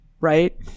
right